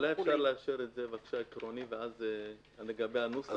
אולי אפשר לאשר את זה עקרונית, ולגבי הנוסח?